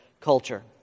culture